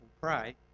pray